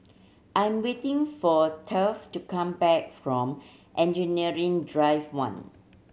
I'm waiting for Taft to come back from Engineering Drive One